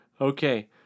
Okay